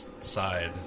side